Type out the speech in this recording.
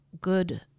good